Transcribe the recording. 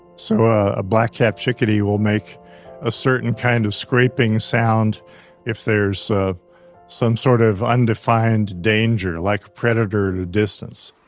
so a black-capped chickadee will make a certain kind of scraping sound if there's some sort of undefined danger, like a predator at a distance